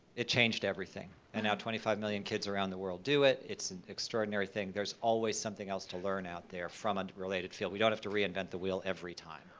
it changed everything. and now twenty five million kids around the world do it, it's an extraordinary thing. there's always something new to learn out there from a related field. we don't have to reinvent the wheel every time.